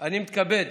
אני מתכבד